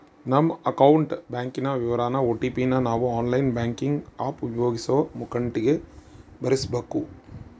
ನಮ್ಮ ಅಕೌಂಟ್ ಬ್ಯಾಂಕಿನ ವಿವರಾನ ಓ.ಟಿ.ಪಿ ನ ನಾವು ಆನ್ಲೈನ್ ಬ್ಯಾಂಕಿಂಗ್ ಆಪ್ ಉಪಯೋಗಿಸೋ ಮುಂಕಟಿಗೆ ಭರಿಸಬಕು